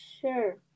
sure